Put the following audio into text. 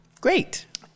Great